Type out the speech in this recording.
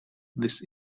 this